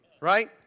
right